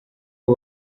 abo